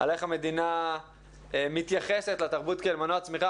על איך המדינה מתייחסת לתרבות כאל מנוע צמיחה,